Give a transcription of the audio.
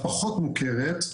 פחות מוכרת,